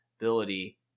ability